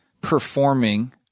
performing